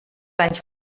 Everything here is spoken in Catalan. anys